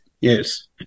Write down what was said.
Yes